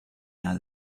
out